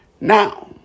Now